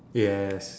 yes